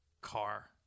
car